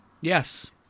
Yes